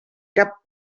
cap